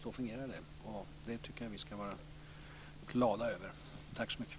Så fungerar det, och det tycker jag att vi ska vara glada över.